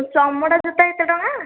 ଚମଡ଼ା ଜୋତା ଏତେ ଟଙ୍କା